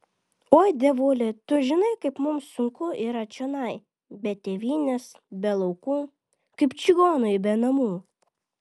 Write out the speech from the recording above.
oi dievuli tu žinai kaip mums sunku yra čionai be tėvynės be laukų kaip čigonui be namų